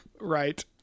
Right